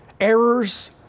errors